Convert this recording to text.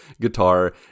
guitar